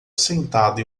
sentado